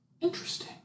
Interesting